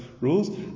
rules